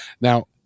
Now